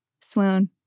Swoon